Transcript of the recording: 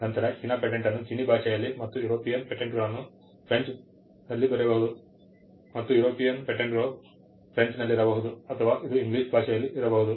ನಂತರ China patent ಚೀನೀ ಭಾಷೆಯಲ್ಲಿ ಮತ್ತು ಯುರೋಪಿಯನ್ ಪೇಟೆಂಟ್ಗಳು ಫ್ರೆಂಚ್ನಲ್ಲಿರಬಹುದು ಅಥವಾ ಅದು ಇಂಗ್ಲಿಷ್ ಭಾಷೆಯಲ್ಲಿ ಇರಬಹುದು